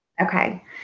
Okay